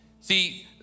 See